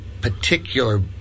particular